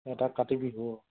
এটা কাতি বিহু